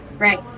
Right